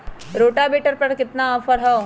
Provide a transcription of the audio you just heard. Rotavator पर केतना offer हव?